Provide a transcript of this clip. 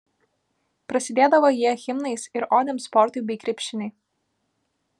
prasidėdavo jie himnais ir odėm sportui bei krepšiniui